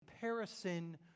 Comparison